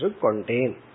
contain